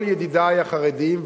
כל ידידי החרדים,